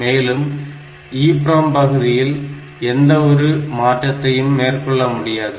மேலும் EPROM பகுதியில் எந்த ஒரு மாற்றத்தையும் மேற்கொள்ள முடியாது